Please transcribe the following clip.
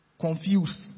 confused